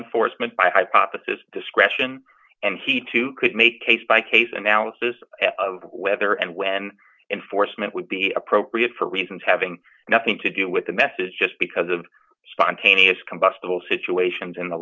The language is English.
enforcement by hypothesis discretion and he too could make case by case analysis of whether and when enforcement would be appropriate for reasons having nothing to do with the message just because of spontaneous